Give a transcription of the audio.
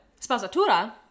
Spazatura